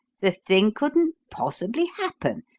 the thing couldn't possibly happen.